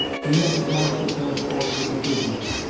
we had to pass the transport with the prisoners.